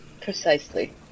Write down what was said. Precisely